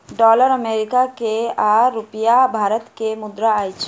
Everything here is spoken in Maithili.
डॉलर अमेरिका के आ रूपया भारत के मुद्रा अछि